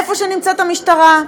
איפה שנמצאת המשטרה.